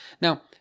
Now